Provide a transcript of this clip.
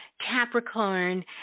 Capricorn